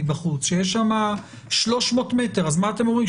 בחוץ שיש שם 300 מטר אז מה אתם אומרים?